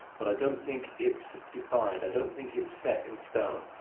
but i don't think it's defined i don't think it's set in stone.